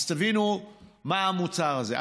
אז תבינו מה המוצר הזה.